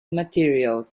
materials